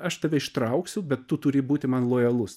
aš tave ištrauksiu bet tu turi būti man lojalus